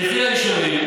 תלכי ליישובים.